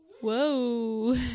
Whoa